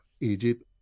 Egypt